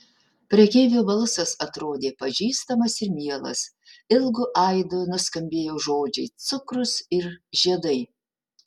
prekeivio balsas atrodė pažįstamas ir mielas ilgu aidu nuskambėjo žodžiai cukrus ir žiedai